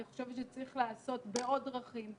אני חושבת שזה צריך להיעשות בעוד דרכים.